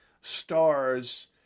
stars